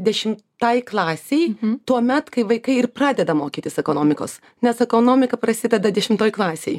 dešimtai klasei tuomet kai vaikai ir pradeda mokytis ekonomikos nes ekonomika prasideda dešimtoj klasėj